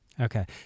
Okay